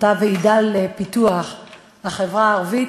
אותה ועידה לפיתוח החברה הערבית,